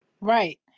Right